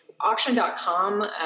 auction.com